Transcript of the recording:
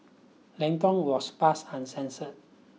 Lang Tong was passed uncensored